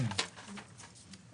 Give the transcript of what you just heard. הצבעה אושר.